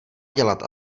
dělat